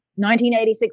1986